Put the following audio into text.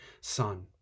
son